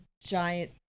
giant